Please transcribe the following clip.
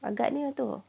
agaknya ah tu